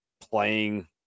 playing –